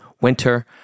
Winter